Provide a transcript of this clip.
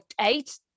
eight